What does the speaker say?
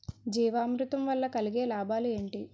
జీవామృతం వల్ల కలిగే లాభాలు ఏంటి?